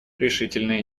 решительное